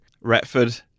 Retford